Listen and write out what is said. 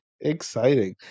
Exciting